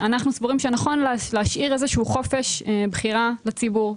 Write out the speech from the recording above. אנחנו סבורים שנכון להשאיר איזה שהוא חופש בחירה לציבור,